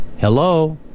hello